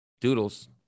doodles